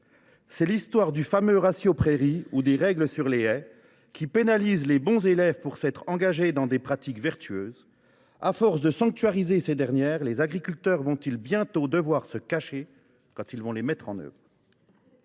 C’est l’histoire du fameux ratio de prairies permanentes ou des règles applicables aux haies, qui pénalisent les bons élèves pour s’être engagés dans des pratiques vertueuses. À force de sanctuariser ces dernières, les agriculteurs vont ils bientôt devoir se cacher quand ils les mettent en œuvre ?